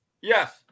Yes